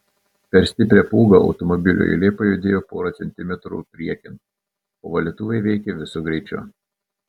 per stiprią pūgą automobilių eilė pajudėjo porą centimetrų priekin o valytuvai veikė visu greičiu